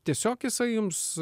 tiesiog jisai jums